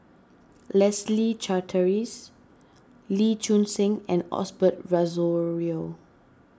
Leslie Charteris Lee Choon Seng and Osbert Rozario